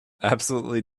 absolutely